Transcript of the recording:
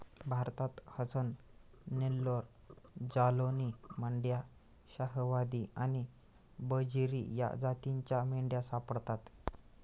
भारतात हसन, नेल्लोर, जालौनी, मंड्या, शाहवादी आणि बजीरी या जातींच्या मेंढ्या सापडतात